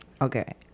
Okay